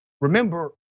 Remember